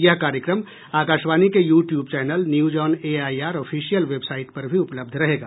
यह कार्यक्रम आकाशवाणी के YouTube channel news on A I R official website पर भी उपलब्ध रहेगा